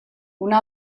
una